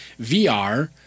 vr